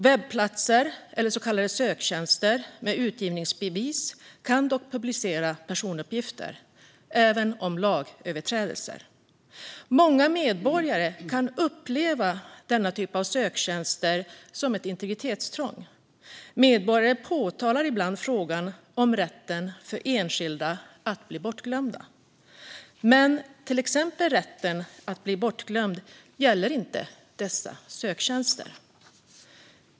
Webbplatser eller så kallade söktjänster med utgivningsbevis kan dock publicera personuppgifter, även om lagöverträdelser. Många medborgare kan uppleva denna typ av söktjänster som ett integritetsintrång. Medborgare framhåller ibland frågan om rätten för enskilda att bli bortglömda. Men till exempel rätten att bli bortglömd gäller inte dessa söktjänster.